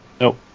Nope